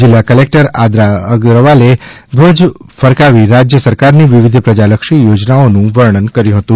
જીલ્લા કલેકટર આદ્રા ગ્રવાલે ધ્વજ ફરકાવી રાજ્ય સરકારની વિવિધ પ્રજાલક્ષી યોજનાઓનું વર્ણન કર્યું હતું